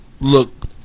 look